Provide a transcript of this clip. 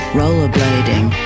rollerblading